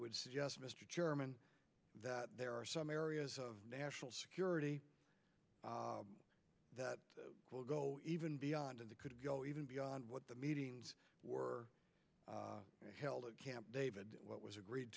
would suggest mr chairman that there are some areas of national security that will go even beyond and it could go even beyond what the meetings were held in camp david what was agreed